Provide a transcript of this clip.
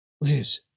Liz